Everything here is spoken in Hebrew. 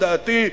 לדעתי,